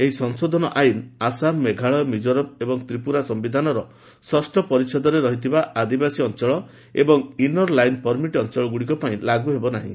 ଏହି ସଂଶୋଧିତ ଆଇନ ଆସାମ ମେଘାଳୟ ମିକୋରାମ ଏବଂ ତ୍ରିପୁରା ସିୟିଧାନର ଷଷ୍ଠ ପରିଚ୍ଛେଦରେ ରହିଥିବା ଆଦିବାସୀ ଅଞ୍ଚଳ ଏବଂ ଇନର ଲାଇନ୍ ପର୍ମିଟ ଅଞ୍ଚଳଗୁଡ଼ିକ ପାଇଁ ଲାଗୁ ହେବନାହିଁ